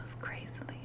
crazily